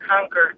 conquer